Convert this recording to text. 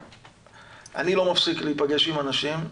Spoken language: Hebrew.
אני לא מפסיק להיפגש עם אנשים,